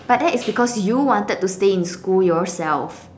but that is because you wanted to stay in school yourself